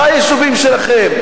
ביישובים שלהם.